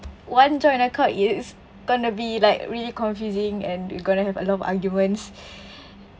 one joint account is gonna be like really confusing and you gonna have a lot of arguments